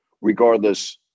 regardless